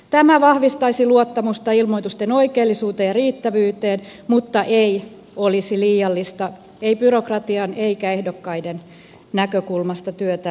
tämä vahvistaisi luottamusta ilmoitusten oikeellisuuteen ja riittävyyteen mutta ei olisi liiallista ei byrokratian eikä ehdokkaiden näkökulmasta työtä liikaa lisäävää